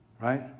Right